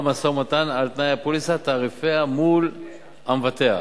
משא-ומתן על תנאי הפוליסה ותעריפיה מול המבטח.